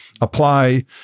apply